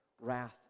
wrath